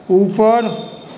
ऊपर